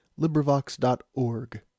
LibriVox.org